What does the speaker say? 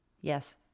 Yes